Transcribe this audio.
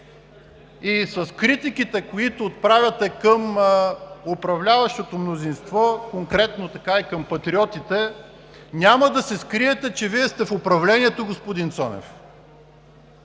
С критиките, които отправяте към управляващото мнозинство, конкретно и към Патриотите, няма да се скриете, че Вие сте в управлението, господин Цонев.